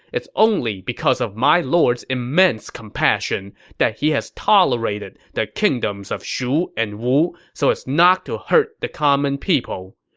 it's only because of my lord's immense compassion that he has tolerated the kingdoms of shu and wu so as not to hurt the common people.